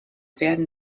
werden